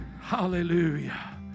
Hallelujah